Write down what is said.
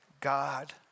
God